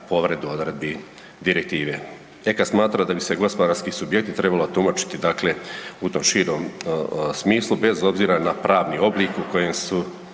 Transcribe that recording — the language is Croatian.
povredu odredbi Direktive. EK smatra da bi se gospodarski subjekti trebali tumačiti, dakle u tom širom smislu bez obzira na pravni oblik u kojem su